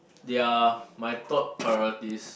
they're my top priorities